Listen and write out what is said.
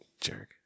Jerk